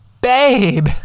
babe